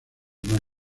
más